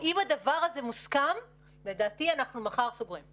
אם הדבר הזה מוסכם, לדעתי, אנחנו סוגרים מחר.